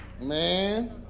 man